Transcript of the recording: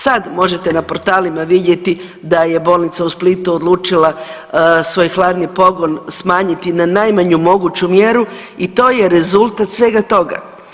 Sad možete na portalima vidjeti da je bolnica u Splitu odlučila svoj hladni pogon smanjiti na najmanju moguću mjeru i to je rezultat svega toga.